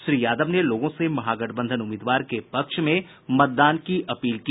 श्री यादव ने लोगों से महागठबंधन उम्मीदवार के पक्ष में मतदान करने की अपील की